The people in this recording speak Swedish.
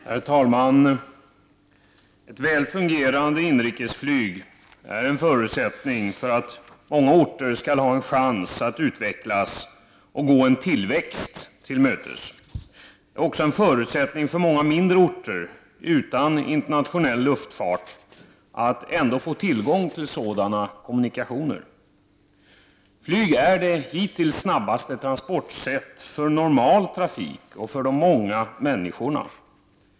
Herr talman! Ett väl fungerande inrikesflyg är en förutsättning rör att många orter skall ha en chans att utvecklas och gå en tillväxt till mötes. Det är också en förutsättning för många mindre orter utan internationell luftfart att ändå få tillgång till sådana kommunikationer. Flyg är det hittills snabbaste transportsättet för normal trafik och för de många människorna.